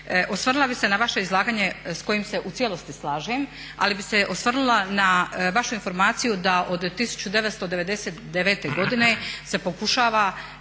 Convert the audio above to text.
Osvrnula bih se na vaše izlaganje s kojim se u cijelosti slažem ali bih se osvrnula na vašu informaciju da od 1999. godine se pokušava